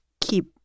keep